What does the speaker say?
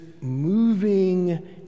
moving